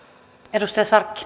arvoisa